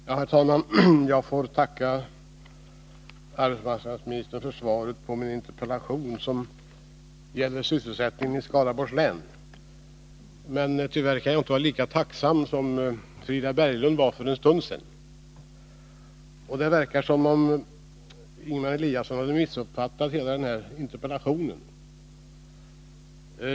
Herr talman! Jag får tacka arbetsmarknadsministern för svaret på min interpellation, som gäller sysselsättningen i Skaraborgs län. Men tyvärr kan jag inte vara lika tacksam som Frida Berglund var för en stund sedan. Det verkar som om Ingemar Eliasson missuppfattat hela interpellationen.